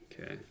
Okay